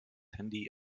handy